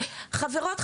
חברות,